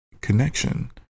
connection